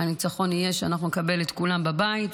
הניצחון יהיה שאנחנו נקבל את כולם בבית,